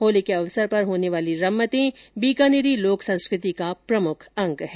होली के अवसर पर होने वाली रम्मतें बीकानेरी लोक संस्कृति का प्रमुख अंग हैं